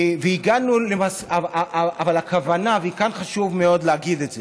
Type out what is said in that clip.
אבל הכוונה, וכאן חשוב מאוד להגיד את זה,